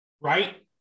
right